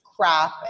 crap